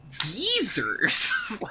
geezers